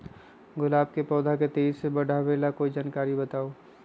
गुलाब के पौधा के तेजी से बढ़ावे ला कोई उपाये बताउ?